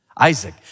Isaac